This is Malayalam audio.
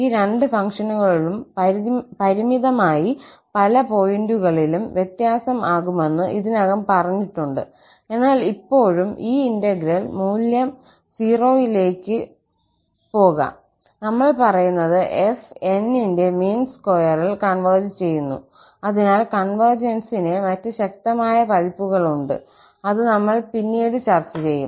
ഈ രണ്ട് ഫംഗ്ഷനുകളും പരിമിതമായി പല പോയിന്റുകളിലും വ്യത്യസ്തം ആകുമെന്ന് ഇതിനകം പറഞ്ഞിട്ടുണ്ട് എന്നാൽ ഇപ്പോഴും ഈ ഇന്റഗ്രൽ മൂല്യം 0 ലേക്ക് പോകാം നമ്മൾ പറയുന്നത് 𝑓𝑛 ന്റെ മീൻ സ്ക്വയറിൽ കൺവെർജ് ചെയ്യുന്നു അതിനാൽ കോൺവെർജന്സിന്റെ മറ്റ് ശക്തമായ പതിപ്പുകളുണ്ട് അത് നമ്മൾ പിന്നീട് ചർച്ച ചെയ്യും